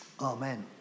Amen